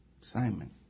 Simon